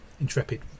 intrepid